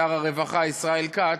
שר הרווחה ישראל כץ,